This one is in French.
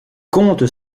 comte